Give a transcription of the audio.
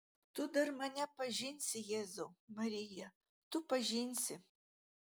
tu dar mane pažinsi jėzau marija tu pažinsi